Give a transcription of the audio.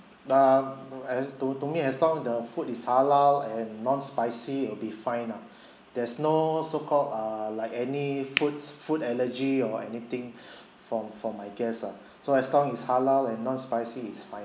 uh as~ to to me as long the food is halal and non spicy it'll be fine lah there's no so called err like any foods food allergy or anything from from my guests are so as long is halal and non spicy it's fine